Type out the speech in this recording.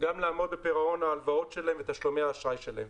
לעמוד בפירעון ההלוואות ותשלומי האשראי שלהם.